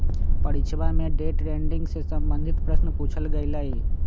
परीक्षवा में day trading से संबंधित प्रश्न पूछल गय लय